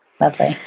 Lovely